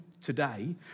today